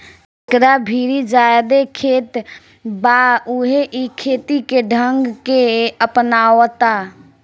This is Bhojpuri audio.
जेकरा भीरी ज्यादे खेत बा उहे इ खेती के ढंग के अपनावता